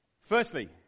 Firstly